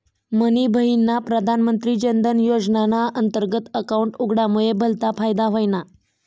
मनी बहिनना प्रधानमंत्री जनधन योजनाना अंतर्गत अकाउंट उघडामुये भलता फायदा व्हयना